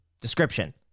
description